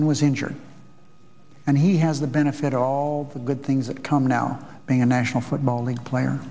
and was injured and he has the benefit of all the good things that come now being a national football league player